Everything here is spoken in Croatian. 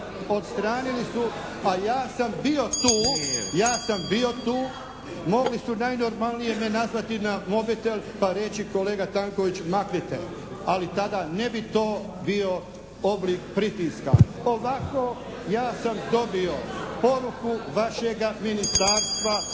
Odstranili su. Pa ja sam bio tu. Mogli su najnormalnije nazvati na mobitel pa reći kolega Tanković, maknite. Ali tada ne bi to bio oblik pritiska. Ovako, ja sam dobio poruku vašega ministarstva…